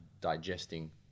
digesting